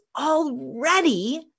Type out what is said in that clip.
already